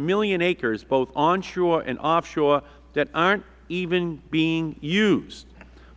million acres both onshore and offshore that aren't even being used